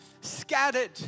scattered